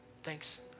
Thanks